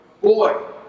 boy